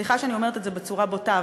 סליחה שאני אומרת את זה בצורה בוטה,